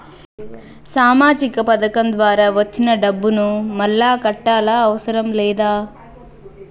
సామాజిక పథకం ద్వారా వచ్చిన డబ్బును మళ్ళా కట్టాలా అవసరం లేదా?